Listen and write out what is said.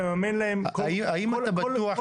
האם אתה בטוח,